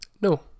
No